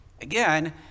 Again